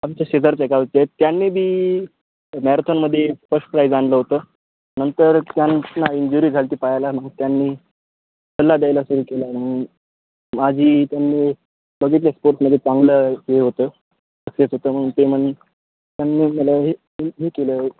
आमच्या शेजारच्या गावचे आहेत त्यांनी बी मॅरेथॉनमध्ये फस प्राईज आणलं होतं नंतर त्यांना इंजुरी झाली होती पायाला मग त्यांनी सल्ला द्यायला सुरू केला मग माझी त्यांनी बघितले स्पोर्टमध्ये चांगलं हे होतं सक्सेस होतं मग ते मन त्यांनी मला हे हे केलं